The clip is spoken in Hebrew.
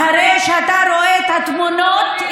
אחרי שאתה רואה את התמונות,